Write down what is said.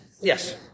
Yes